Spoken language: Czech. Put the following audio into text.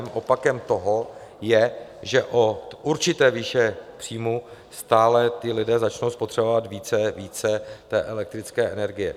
Opakem toho je, že od určité výše příjmů stále ti lidé začnou spotřebovávat více a více elektrické energie.